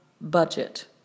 budget